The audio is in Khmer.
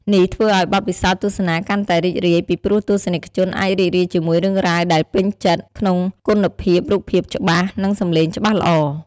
នេះធ្វើឲ្យបទពិសោធន៍ទស្សនាកាន់តែរីករាយ ពីព្រោះទស្សនិកជនអាចរីករាយជាមួយរឿងរ៉ាវដែលពេញចិត្ត ក្នុងគុណភាពរូបភាពច្បាស់ និងសំឡេងច្បាស់ល្អ ។